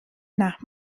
nach